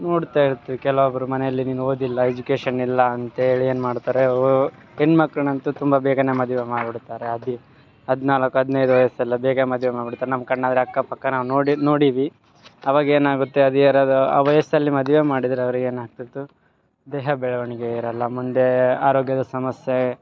ನೋಡ್ತಾ ಇರ್ತೀವಿ ಕೆಲವೊಬ್ರು ಮನೇಲ್ಲಿ ನೀನು ಓದಿಲ್ಲ ಎಜುಕೇಶನ್ ಇಲ್ಲ ಅಂತ್ಹೇಳಿ ಏನ್ಮಾಡ್ತಾರೆ ಹೆಣ್ಣು ಮಕ್ಳನಂತು ತುಂಬ ಬೇಗನೇ ಮದುವೆ ಮಾಡ್ಬಿಡ್ತಾರೆ ಅದಿ ಹದಿನಾಲ್ಕು ಹದಿನೈದು ವಯಸಲ್ಲಿ ಬೇಗ ಮದ್ವೆ ಮಾಡ್ಬಿಡ್ತಾರೆ ನಮ್ಮ ಕಡ್ನ್ಯಾದ್ರೆ ಅಕ್ಕ ಪಕ್ಕ ನಾವು ನೋಡಿ ನೋಡೀವಿ ಅವಾಗ ಏನಾಗುತ್ತೆ ಹದಿಹರೆಯದ ಆ ವಯಸ್ಸಲ್ಲಿ ಮದ್ವಿ ಮಾಡಿದರೆ ಅವರಿಗೆ ಏನು ಆಗ್ತಿತ್ತು ದೇಹ ಬೆಳವಣಿಗೆ ಇರಲ್ಲ ಮುಂದೆ ಆರೋಗ್ಯದ ಸಮಸ್ಯೆ